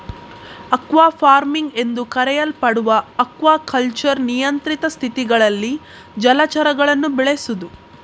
aqua farming ಎಂದೂ ಕರೆಯಲ್ಪಡುವ aquaculture ನಿಯಂತ್ರಿತ ಸ್ಥಿತಿಗಳಲ್ಲಿ ಜಲಚರಗಳನ್ನು ಬೆಳೆಸುದು